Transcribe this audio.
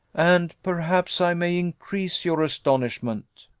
and perhaps i may increase your astonishment.